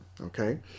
okay